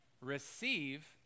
receive